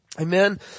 Amen